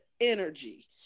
energy